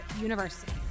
University